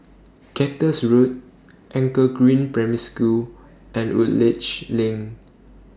Cactus Road Anchor Green Primary School and Woodleigh LINK